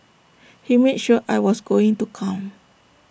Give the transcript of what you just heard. he made sure I was going to come